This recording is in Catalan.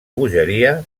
bogeria